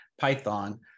Python